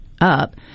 up